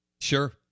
Sure